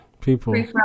people